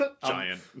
giant